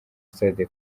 stade